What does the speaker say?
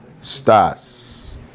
stars